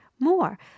More